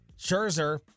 Scherzer